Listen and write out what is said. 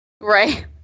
right